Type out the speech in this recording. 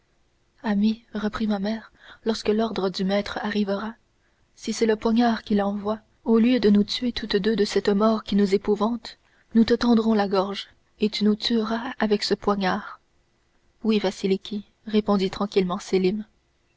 ami reprit ma mère lorsque l'ordre du maître arrivera si c'est le poignard qu'il envoie au lieu de nous tuer toutes deux de cette mort qui nous épouvante nous te tendrons la gorge et tu nous tueras avec ce poignard oui vasiliki répondit tranquillement sélim